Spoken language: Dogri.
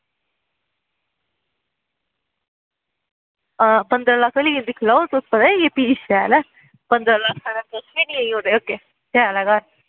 पंदरां लक्ख लेइयै दिक्खी लैओ एह् चीज़ शैल ऐ पंदरां लक्ख दा तुस लेई लैयो शैल ऐ घर